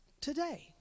today